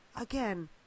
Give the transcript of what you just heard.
Again